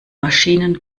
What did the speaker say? maschinen